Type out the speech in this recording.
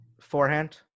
Forehand